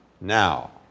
now